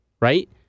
right